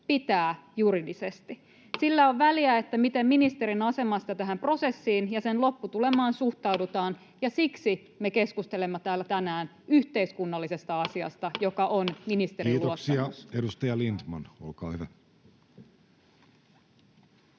koputtaa] Sillä on väliä, miten ministerin asemasta tähän prosessiin ja sen lopputulemaan suhtaudutaan, ja siksi me keskustelemme täällä tänään yhteiskunnallisesta asiasta, joka on ministerin luottamus. Kiitoksia. — Edustaja Lindtman, olkaa hyvä.